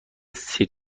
سیرک